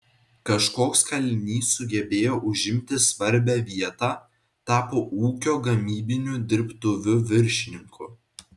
kažkoks kalinys sugebėjo užimti svarbią vietą tapo ūkio gamybinių dirbtuvių viršininku